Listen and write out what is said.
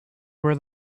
where